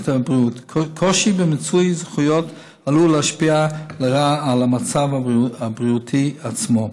קושי במיצוי זכויות עלול להשפיע לרעה על המצב הבריאותי עצמו.